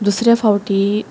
दुसऱ्या फावटी